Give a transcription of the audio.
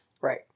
Right